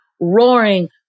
Roaring